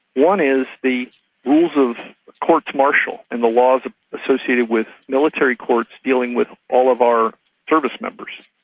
one is the rules of courts-martial and the laws associated with military courts dealing with all of our service members,